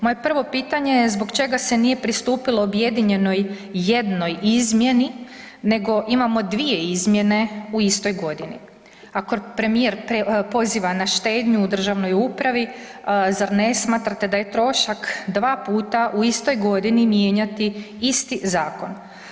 Moje prvo pitanje je zbog čega se nije pristupili objedinjenoj jednoj izmjeni nego imamo dvije izmjene u istoj godini ako premijer poziva na štednju u državnoj upravi zar ne smatrate da je trošak 2 puta u istoj godini mijenjati isti zakon?